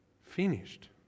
finished